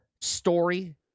story